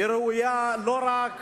היא ראויה לא רק